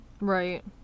Right